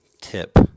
tip